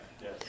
Yes